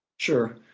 sure.